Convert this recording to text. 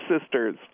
Sisters